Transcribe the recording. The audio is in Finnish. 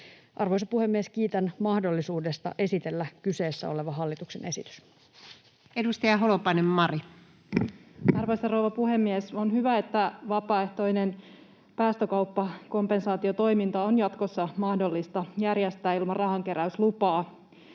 Arvoisa puhemies! Kiitän mahdollisuudesta esitellä kyseessä oleva hallituksen esitys. Edustaja Holopainen, Mari. Arvoisa rouva puhemies! On hyvä, että vapaaehtoinen päästökauppakompensaatiotoiminta on jatkossa mahdollista järjestää ilman rahankeräyslupaa.